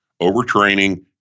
Overtraining